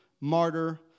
Martyr